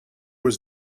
was